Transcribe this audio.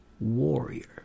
warrior